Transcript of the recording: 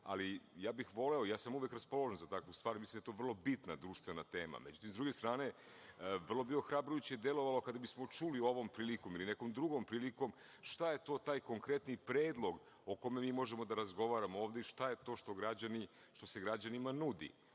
na tu temu. Ja sam uvek raspoložen za takvu stvar. Mislim da je to vrlo bitna društvena tema. S druge strane, vrlo bi ohrabrujuće delovalo kada bismo čuli ovom prilikom ili nekom drugom prilikom šta je to taj konkretni predlog o kome možemo da razgovaramo ovde i šta je to što se građanima nudi. Ovaj